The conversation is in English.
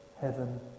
heaven